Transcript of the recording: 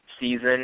season